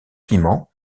piment